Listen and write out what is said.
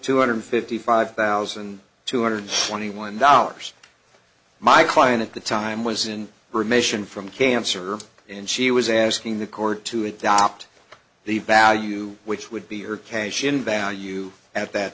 two hundred fifty five thousand two hundred twenty one dollars my client at the time was in remission from cancer and she was asking the court to adopt the value which would be her cash in value at that